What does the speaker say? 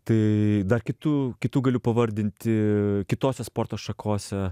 tai dar kitų kitų galiu pavardinti kitose sporto šakose